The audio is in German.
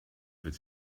wird